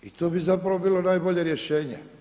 I to bi zapravo bilo najbolje rješenje.